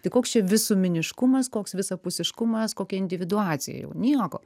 tai koks čia visuomeniškumas koks visapusiškumas kokia individuacija jau nieko